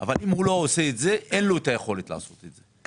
אבל אם הוא לא עושה את זה אין לו את היכולת לעשות את זה.